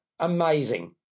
Amazing